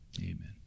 Amen